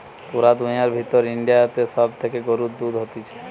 পুরা দুনিয়ার ভিতর ইন্ডিয়াতে সব থেকে গরুর দুধ হতিছে